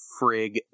frig